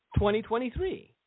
2023